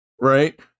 Right